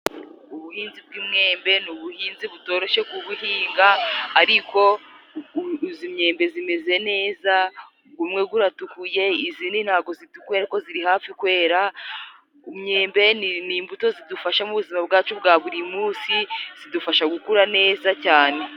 Ubuhinzi bw'imyembe ni ubuhinzi butoroshye kubuhinga. Ariko izi myembe zimeze neza, gumwe guratukuye, izindi ntago zitukuye ariko ziri hafi kwera. Umwembe ni imbuto zidufasha mu buzima bwacu bwa buri munsi, zidufasha gukura neza cyane.